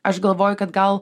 aš galvoju kad gal